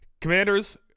Commanders